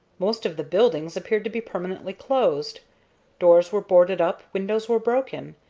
most of the buildings appeared to be permanently closed doors were boarded up, windows were broken,